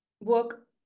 work